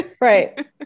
right